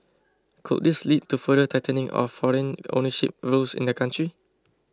could this lead to further tightening of foreign ownership rules in the country